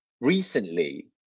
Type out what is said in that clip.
recently